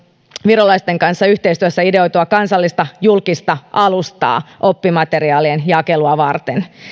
virolaisten kanssa yhteistyössä ideoitua kansallista julkista alustaa oppimateriaalien jakelua varten